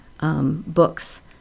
books